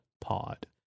Pod